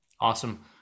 awesome